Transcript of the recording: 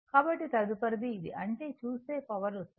కాబట్టి తదుపరిది ఇదే అంటే చూస్తే పవర్ వస్తుంది